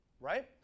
right